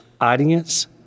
audience